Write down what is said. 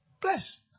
Bless